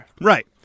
Right